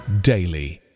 daily